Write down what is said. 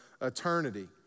eternity